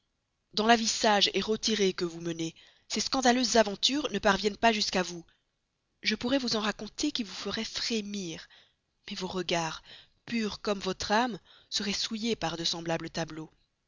dans la vie sage retirée que vous menez ces scandaleuses aventures ne parviennent pas jusqu'à vous je pourrais vous en raconter qui vous feraient frémir mais vos regards purs comme votre âme seraient souillés par de semblables tableaux